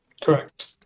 correct